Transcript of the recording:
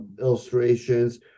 illustrations